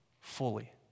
fully